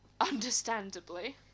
understandably